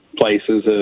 places